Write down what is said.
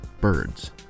Birds